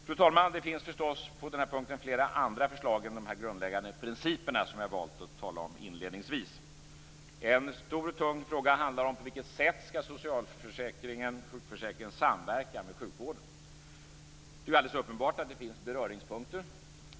Fru talman! Det finns förstås på den här punkten flera andra förslag än de grundläggande principer som jag har valt att tala om inledningsvis. En stor och tung fråga handlar om på vilket sätt sjukförsäkringen skall samverka med sjukvården. Det är alldeles uppenbart att det finns beröringspunkter.